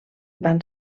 van